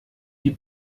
die